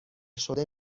شده